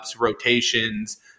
rotations